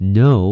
no